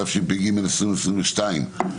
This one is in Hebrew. התשפ"ג 2022,